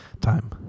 time